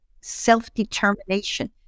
self-determination